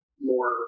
more